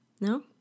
No